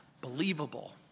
believable